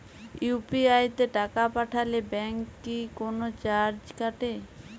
UPI তে টাকা পাঠালে ব্যাংক কি কোনো চার্জ কাটে?